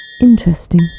Interesting